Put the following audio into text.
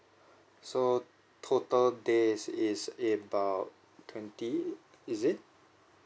so total days is about twenty is it